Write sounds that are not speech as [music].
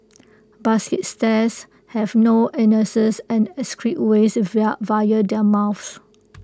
basket stares have no anuses and excrete waste [unintelligible] via their mouths